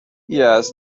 yes